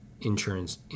insurance